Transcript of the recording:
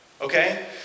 Okay